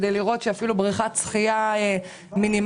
כדי לראות שאפילו בריכת שחייה מינימלית